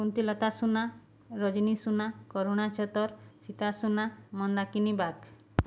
Kuntilata Suna Rajini Suna Karuna Chhatar Sita Suna Mandakini Bagh